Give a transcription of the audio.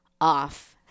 off